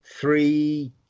three